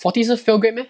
forty 是 fail grade meh